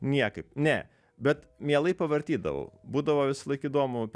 niekaip ne bet mielai pavartydavau būdavo visąlaik įdomu